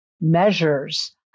measures